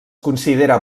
considera